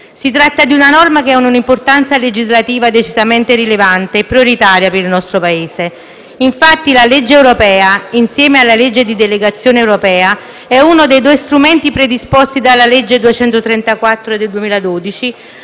Si tratta di una normativa che ha un'importanza legislativa decisamente rilevante e prioritaria per il nostro Paese. Infatti, la legge europea, insieme alla legge di delegazione europea, è uno dei due strumenti predisposti dalla legge 24 dicembre 2012,